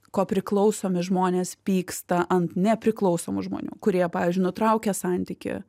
kopriklausomi žmonės pyksta ant nepriklausomų žmonių kurie pavyzdžiui nutraukia santykį